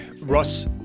Russ